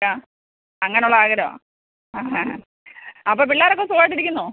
ആ അങ്ങാനുള്ളാഗ്രഹാ ആ ആ ആ അപ്പോൾ പിള്ളാരൊക്കെ സുഖമായിട്ടിരിക്കുന്നോ